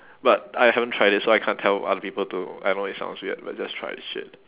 but I haven't tried it so I can't tell other people to I know it sounds weird but just try this shit